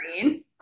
green